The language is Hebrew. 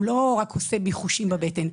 הוא לא רק עושה מיחושים בבטן.